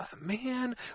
man